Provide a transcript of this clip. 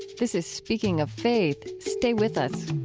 this is speaking of faith. stay with us